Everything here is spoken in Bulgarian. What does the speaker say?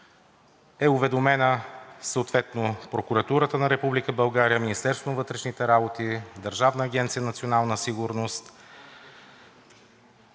са уведомени съответно Прокуратурата на Република България, Министерството на вътрешните работи, Държавната агенция „Национална сигурност“,